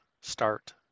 start